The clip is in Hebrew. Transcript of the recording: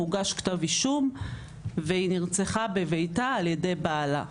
הוגש כתב אישום והיא נרצחה בביתה על ידי בעלה.